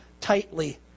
tightly